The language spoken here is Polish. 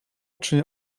czy